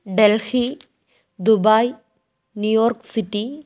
Delhi Dubai New York city